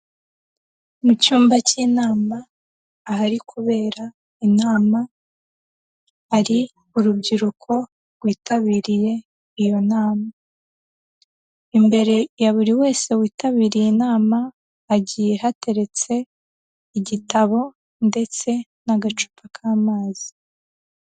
Mu cyumba cy'inama ahari kubera inama, hari urubyiruko rwitabiriye iyo nama, imbere ya buri wese witabiriye inama hagiye hateretse igitabo ndetse n'agacupa k'amazi.